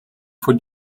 for